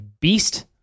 beast